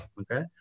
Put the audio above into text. Okay